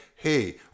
Hey